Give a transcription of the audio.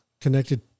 connected